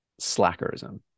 slackerism